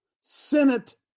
Senate